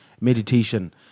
meditation